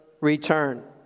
return